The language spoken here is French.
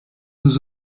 nous